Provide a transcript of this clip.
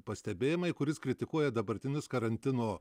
pastebėjimai kuris kritikuoja dabartinius karantino